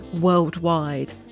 worldwide